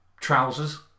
trousers